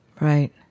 Right